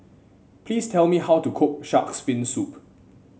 please tell me how to cook shark's fin soup